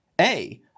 A-